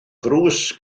ddrws